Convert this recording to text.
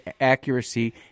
accuracy